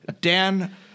Dan